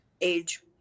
age